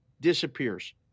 disappears